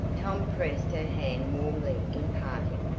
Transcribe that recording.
tom pressed her hand warmly in parting.